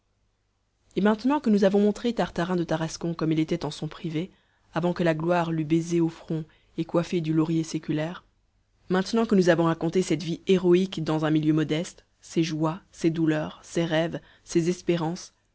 et maintenant que nous avons montré tartarin de tarascon comme il était en son privé avant que la gloire l'eût baisé au front et coiffé du laurier séculaire maintenant que nous avons raconté cette vie héroïque dans un milieu modeste ses joies ses douleurs ses rêves ses espérances